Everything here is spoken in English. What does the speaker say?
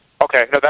Okay